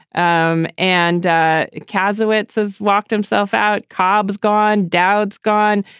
um and casa it says locked himself out cobb's gone dowd's gone.